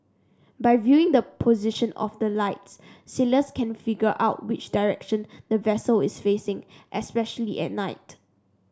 by viewing the position of the lights sailors can figure out which direction the vessel is facing especially at night